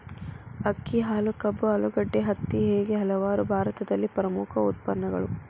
ಅಕ್ಕಿ, ಹಾಲು, ಕಬ್ಬು, ಆಲೂಗಡ್ಡೆ, ಹತ್ತಿ ಹೇಗೆ ಹಲವಾರು ಭಾರತದಲ್ಲಿ ಪ್ರಮುಖ ಉತ್ಪನ್ನಗಳು